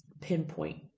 pinpoint